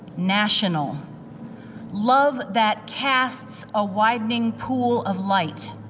national love that casts a widening pool of light